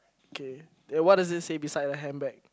K and what does it say beside the handbag